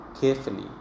carefully